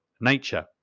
nature